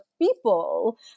people